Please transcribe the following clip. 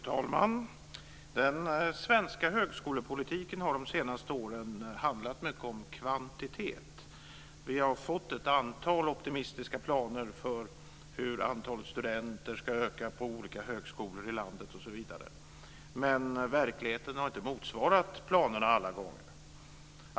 Fru talman! Den svenska högskolepolitiken har de senaste åren handlat mycket om kvantitet. Vi har fått ett antal optimistiska planer för hur antalet studenter ska öka på olika högskolor i landet osv. men verkligheten har inte motsvarat planerna alla gånger.